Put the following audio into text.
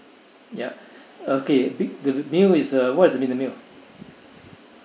ya okay big the meal is uh what's in the meal